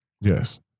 Yes